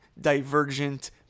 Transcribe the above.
Divergent